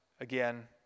again